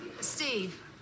Steve